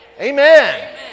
Amen